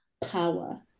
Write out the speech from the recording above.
power